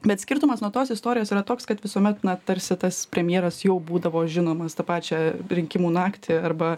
bet skirtumas nuo tos istorijos yra toks kad visuomet na tarsi tas premjeras jau būdavo žinomas tą pačią rinkimų naktį arba